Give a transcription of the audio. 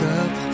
up